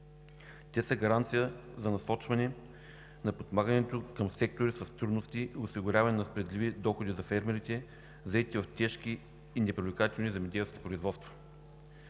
Те са гаранция за насочване на подпомагането към сектори с трудности и осигуряване на справедливи доходи за фермерите, заети в тежки и непривлекателни земеделски производства.